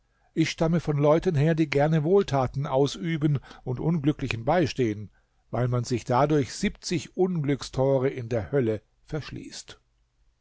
ich stamme von leuten her die gerne wohltaten ausüben und unglücklichen beistehen weil man sich dadurch siebzig unglückstore in der hölle verschließt